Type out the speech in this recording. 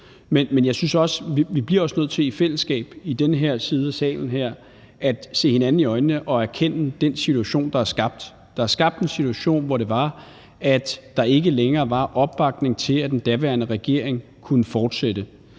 Men jeg synes også, vi bliver nødt til i den her side af salen at se hinanden i øjnene og i fællesskab erkende den situation, der er skabt. Der er skabt en situation, hvor der ikke længere var opbakning til, at den daværende regering kunne fortsætte.